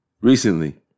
Recently